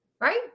right